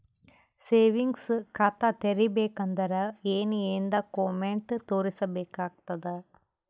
Savings ಖಾತಾ ತೇರಿಬೇಕಂದರ ಏನ್ ಏನ್ಡಾ ಕೊಮೆಂಟ ತೋರಿಸ ಬೇಕಾತದ?